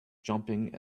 jumping